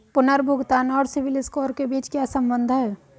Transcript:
पुनर्भुगतान और CIBIL score के बीच क्या संबंध है?